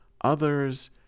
others